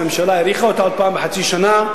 הממשלה האריכה אותה עוד פעם בחצי שנה.